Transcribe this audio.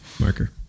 marker